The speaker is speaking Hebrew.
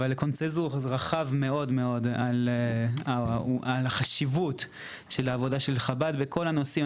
אבל קונצנזוס רחב מאוד מאוד על החשיבות של העבודה של חב"ד וכל הנושאים.